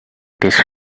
this